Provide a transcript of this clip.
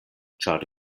ĉar